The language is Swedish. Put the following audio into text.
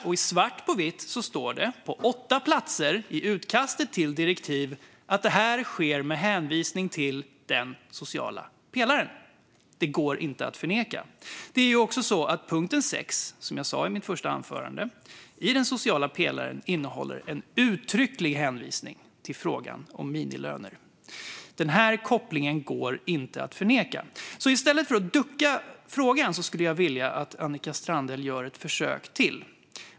I svart på vitt står det på åtta platser i utkastet till direktiv att detta sker med hänvisning till den sociala pelaren. Det går inte att förneka detta. Som jag sa i mitt första anförande innehåller också punkt 6 i den sociala pelaren en uttrycklig hänvisning till frågan om minimilöner. Kopplingen går inte att förneka. I stället för att ducka för frågan skulle jag vilja att Annika Strandhäll gör ett försök till.